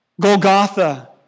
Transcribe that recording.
Golgotha